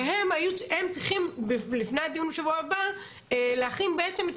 והם צריכים לפני הדיון בשבוע הבא להכין בעצם את